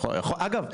אגב,